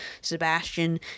Sebastian